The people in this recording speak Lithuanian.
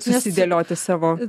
susidėlioti savo